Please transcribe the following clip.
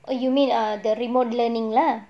oh you mean err the remote learning lah